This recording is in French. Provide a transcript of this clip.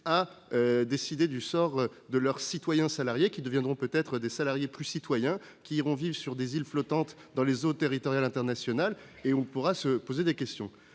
à décider du sort de leurs citoyens-salariés, qui seront peut-être plus salariés que citoyens, eux qui iront vivre sur des îles flottantes dans les eaux territoriales internationales. On pourra alors se poser des questions.